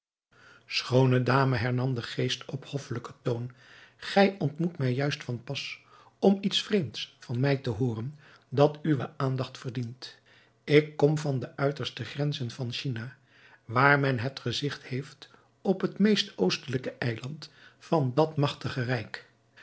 schoone dame hernam de geest op hoffelijken toon gij ontmoet mij juist van pas om iets vreemds van mij te hooren dat uwe aandacht verdient ik kom van de uiterste grenzen van china waar men het gezigt heeft op het meest oostelijke eiland van dat magtige rijk